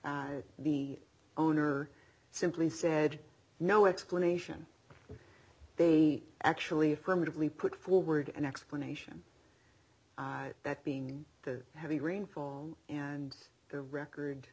the owner simply said no explanation they actually affirmatively put forward an explanation that being the heavy rainfall and the record